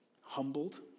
humbled